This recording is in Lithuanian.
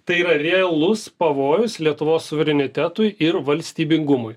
tai yra realus pavojus lietuvos suverenitetui ir valstybingumui